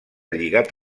lligat